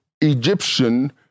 Egyptian